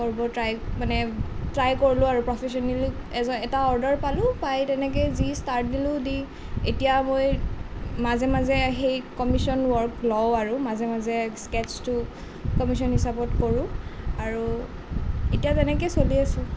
কৰিব ট্ৰাই মানে ট্ৰাই কৰিলোঁ আৰু প্ৰফেচনেলী এটা অৰ্ডাৰ পালোঁ পাই তেনেকে যি ষ্টাৰ্ট দিলোঁ দি এতিয়া মই মাজে মাজে সেই কমিচন ৱৰ্ক লওঁ আৰু মাজে মাজে স্কেটচ্ছটো কমিচন হিচাপত কৰোঁ আৰু এতিয়া তেনেকেই চলি আছোঁ